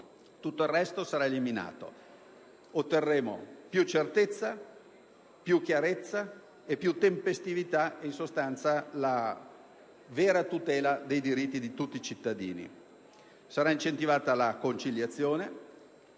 Tutto il resto sarà eliminato. Otterremo più certezza, più chiarezza e più tempestività, in sostanza la vera tutela dei diritti di tutti i cittadini. Sarà incentivata la conciliazione,